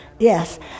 Yes